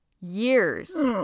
years